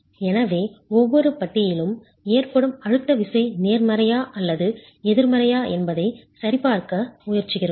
எனவே ஒவ்வொரு பட்டியிலும் ஏற்படும் அழுத்த விசை நேர்மறையா அல்லது எதிர்மறையா என்பதைச் சரிபார்க்க முயற்சிக்கிறோம்